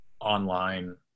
online